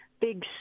big